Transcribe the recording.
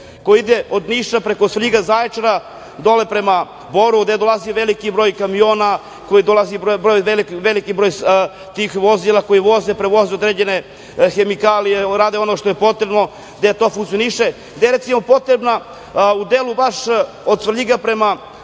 koji ide od Niša preko Svrljiga, Zaječara, dole prema Boru, gde dolazi veliki broj kamiona, veliki broj tih vozila koja voze, prevoze određene hemikalije, rade ono što je potrebno, gde to funkcioniše, gde je recimo potrebna u delu baš od Svrljiga prema